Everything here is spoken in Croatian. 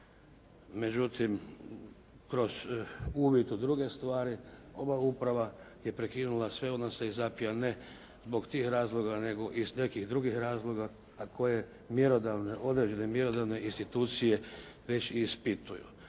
Međutim kroz uvid u druge stvari, ova uprava je prekinula sve odnose iz ZAP, ne zbog tih razloga nego iz nekih drugih razloga, a koje mjerodavne, određene mjerodavne institucije već i ispituju.